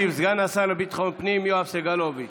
ישיב סגן השר לביטחון פנים יואב סגלוביץ'.